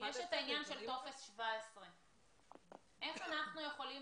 יש את העניין של טופס 17. איך אנחנו יכולים